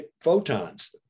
photons